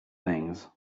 things